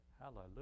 Hallelujah